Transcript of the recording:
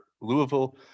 Louisville